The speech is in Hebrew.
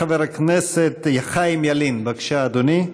חבר הכנסת חיים ילין, בבקשה, אדוני.